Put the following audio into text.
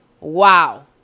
Wow